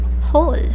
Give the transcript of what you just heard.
whole